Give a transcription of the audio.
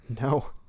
No